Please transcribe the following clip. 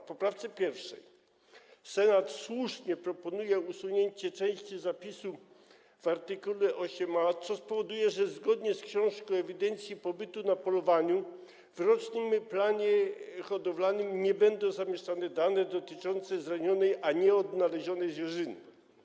W poprawce 1. Senat słusznie proponuje usunięcie części zapisu w art. 8a, co spowoduje, że zgodnie z książką ewidencji pobytu na polowaniu w rocznym planie hodowlanym nie będą zamieszczane dane dotyczące zranionej, a nieodnalezionej zwierzyny.